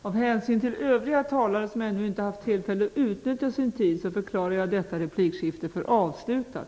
Av hänsyn till övriga talare som ännu inte har haft tillfälle att utnyttja sin taletid förklarar jag detta replikskifte avslutat.